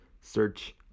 search